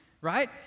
right